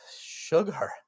sugar